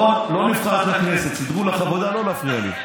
לא נבחרת לכנסת, סידרו לך עבודה, לא להפריע לי.